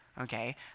okay